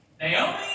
Naomi